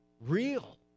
real